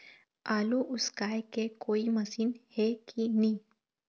आलू उसकाय के कोई मशीन हे कि नी?